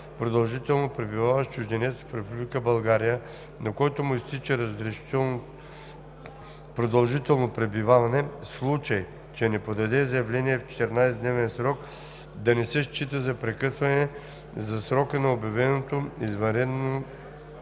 продължително пребиваващ чужденец в Република България, на който му изтича разрешеното продължително пребиваване, в случай че не подаде заявление в 14-дневния срок, да не се счита за прекъсване за срока на обявеното извънредно